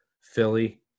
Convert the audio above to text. Philly